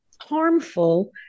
harmful